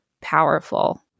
powerful